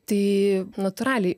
tai natūraliai